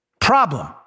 Problem